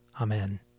Amen